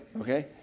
Okay